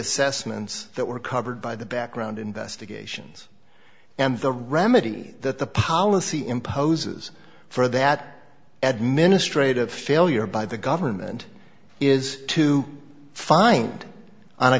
assessments that were covered by the background investigations and the remedy that the policy imposes for that administrative failure by the government is to find on a